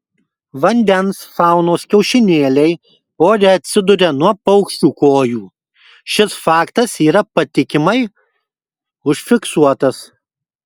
vandens faunos kiaušinėliai ore atsiduria nuo paukščių kojų šis faktas yra patikimai užfiksuotas